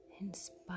inspire